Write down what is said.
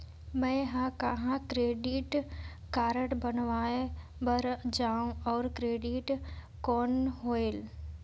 मैं ह कहाँ क्रेडिट कारड बनवाय बार जाओ? और क्रेडिट कौन होएल??